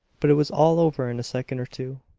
but it was all over in a second or two.